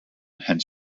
hans